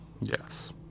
Yes